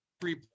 three